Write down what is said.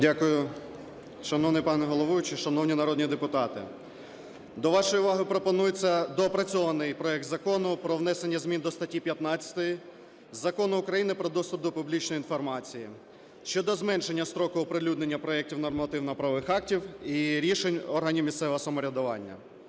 Дякую. Шановний пане головуючий, шановні народні депутати, до вашої уваги пропонується доопрацьований проект Закону про внесення змін до статті 15 Закону України "Про доступ до публічної інформації" щодо зменшення строку оприлюднення проектів нормативно-правових актів і рішень органів місцевого самоврядування.